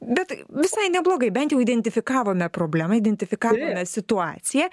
bet visai neblogai bent jau identifikavome problemą identifikavome situaciją